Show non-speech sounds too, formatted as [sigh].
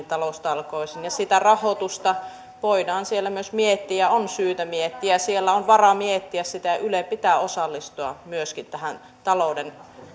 [unintelligible] taloustalkoisiin sitä rahoitusta voidaan siellä myös miettiä ja on syytä miettiä ja siellä on varaa miettiä sitä ylen pitää osallistua myöskin tähän